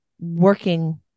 working